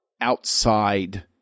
outside